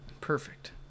Perfect